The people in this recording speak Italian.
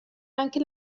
anche